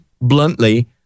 bluntly